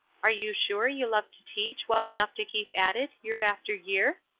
are you sure you love to teach well enough to keep at it, year after year?